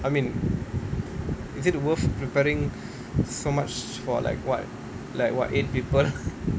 I mean is it worth preparing so much for like what like what eight people